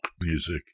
music